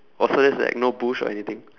or so there's like no bush or anything